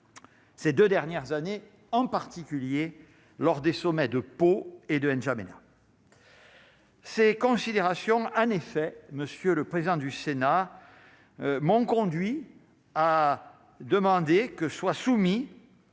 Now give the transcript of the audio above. ces 2 dernières années, en particulier lors des sommets de peau et de N Djamena. Ces considérations, en effet, monsieur le président du Sénat m'ont conduit à demander que soient soumis